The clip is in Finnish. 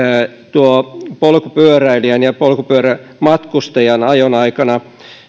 polkupyöräilijän ja polkupyörämatkustajan ajon aikana